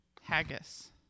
Haggis